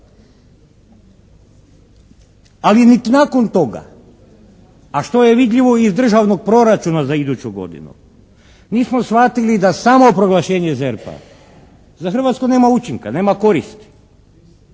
ali niti nakon toga, a što je vidljivo i iz državnog proračuna za iduću godini mi smo shvatili da samo proglašenje ZERP-a za Hrvatsku nema učinka, nema koristi,